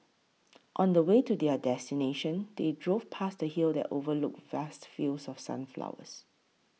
on the way to their destination they drove past a hill that overlooked vast fields of sunflowers